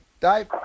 Dave